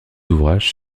ouvrages